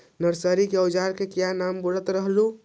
Nursery के ओजार के क्या नाम बोलत रहलू?